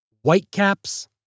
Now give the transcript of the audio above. Whitecaps